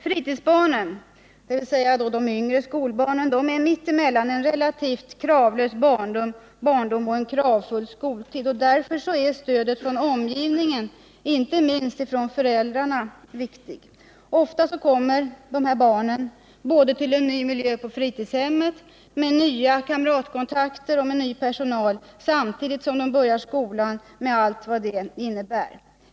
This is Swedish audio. Fritidsbarnen, dvs. de yngre skolbarnen, är mitt emellan en kravlös barndom och en kravfull skoltid. Därför är stödet från omgivningen, inte minst från föräldrarna, viktig. Ofta kommer barnen till en ny miljö på fritidshemmet med nya kamratkontakter och ny personal samtidigt som de börjar skolan med allt vad det innebär.